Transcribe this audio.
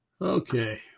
Okay